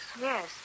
Yes